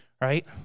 right